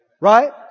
Right